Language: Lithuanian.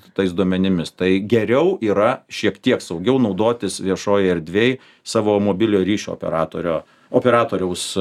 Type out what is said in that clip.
su tais duomenimis tai geriau yra šiek tiek saugiau naudotis viešojoj erdvėj savo mobiliojo ryšio operatorio operatoriaus